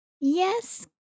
Yes